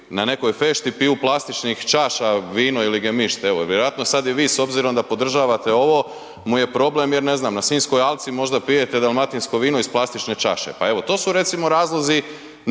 na nekoj fešti piju iz plastičnih čaša vino ili gemišt, evo, vjerojatno sad i vi s obzirom da podržavate ovo mu je problem jer ne znam, na Sinjskoj alci možda pijete dalmatinsko vino iz plastične čaše pa evo, to su recimo razlozi nekih. Neki